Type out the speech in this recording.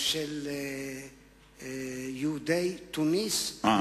יהודי תוניסיה,